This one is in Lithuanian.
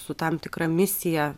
su tam tikra misija